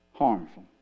harmful